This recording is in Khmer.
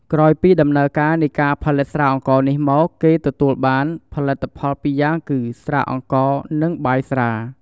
ក្រោយពីដំណើរការនៃការផលិតស្រាអង្ករនេះមកគេទទួលបាន ផលិតផល២យ៉ាងគឹ ស្រាអង្ករ នឹងបាយស្រា។